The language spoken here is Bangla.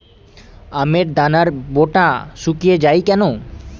আমের দানার বোঁটা শুকিয়ে য়ায় কেন?